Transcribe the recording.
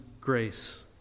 grace